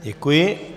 Děkuji.